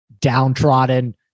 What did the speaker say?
downtrodden